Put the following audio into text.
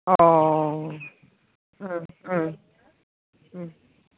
अ